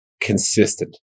consistent